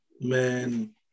man